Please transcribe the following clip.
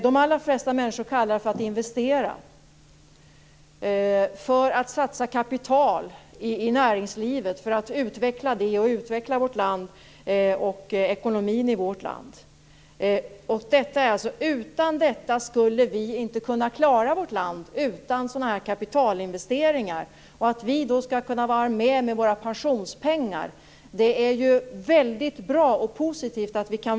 De allra flesta människor kallar det för att investera genom att satsa kapital i näringslivet och utveckla det, vårt land och ekonomin i vårt land. Utan sådana kapitalinvesteringar skulle vi inte kunna klara vårt land. Att vi med våra pensionspengar skall kunna vara med är väldigt bra och positivt.